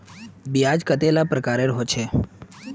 ब्याज कतेला प्रकारेर होचे?